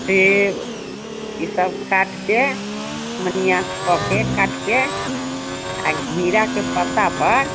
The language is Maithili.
सेब ईसभ काटि कऽ विन्यास कऽ के काटि कऽ आ घिउराके पत्तापर